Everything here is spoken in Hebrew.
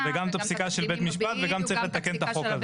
--- וגם את הפסיקה של בית משפט וגם צריך לתקן את החוק הזה.